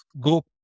go